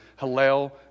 Hallel